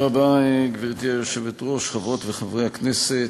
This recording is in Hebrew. גברתי היושבת-ראש, תודה רבה, חברות וחברי הכנסת,